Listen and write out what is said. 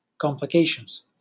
complications